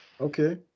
Okay